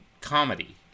comedy